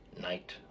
Night